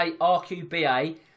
RQBA